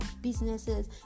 businesses